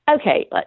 okay